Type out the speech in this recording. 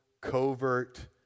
covert